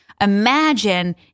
Imagine